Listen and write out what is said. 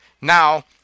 now